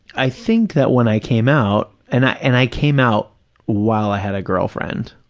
i think that when i came out, and i and i came out while i had a girlfriend,